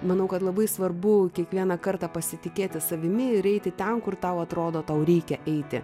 manau kad labai svarbu kiekvieną kartą pasitikėti savimi ir eiti ten kur tau atrodo tau reikia eiti